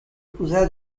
cousin